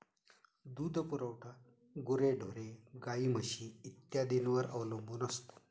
दूध पुरवठा गुरेढोरे, गाई, म्हशी इत्यादींवर अवलंबून असतो